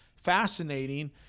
fascinating